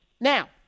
Now